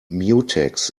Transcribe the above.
mutex